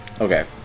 Okay